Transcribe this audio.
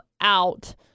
out